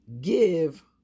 Give